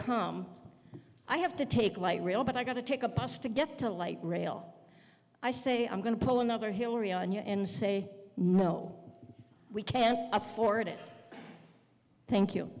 come i have to take light rail but i got to take a bus to get to light rail i say i'm going to pull another hillary on your and say no we can't afford it thank you